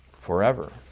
forever